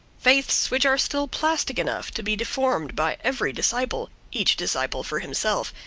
faiths which are still plastic enough to be deformed by every disciple, each disciple for himself,